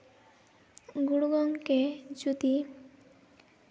ᱜᱩᱨᱩ ᱜᱚᱢᱠᱮ ᱡᱩᱫᱤ